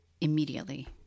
immediately